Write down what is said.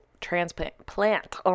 transplant